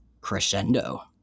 Crescendo